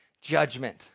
judgment